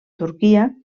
turquia